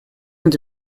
это